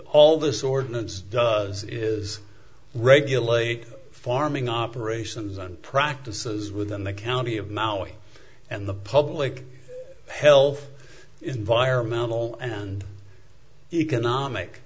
all this ordinance does is regulate farming operations and practices within the county of maui and the public health environmental and economic